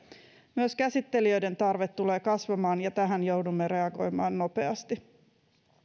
myös käsittelijöiden tarve tulee kasvamaan ja tähän joudumme reagoimaan nopeasti